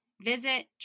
visit